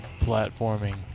platforming